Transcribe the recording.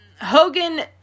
Hogan